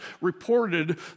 reported